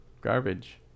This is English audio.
garbage